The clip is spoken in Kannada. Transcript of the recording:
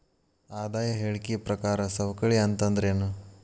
ಆದಾಯ ಹೇಳಿಕಿ ಪ್ರಕಾರ ಸವಕಳಿ ಅಂತಂದ್ರೇನು?